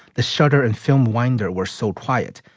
the shutter and film window were so quiet,